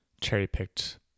cherry-picked